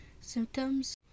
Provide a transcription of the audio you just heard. symptoms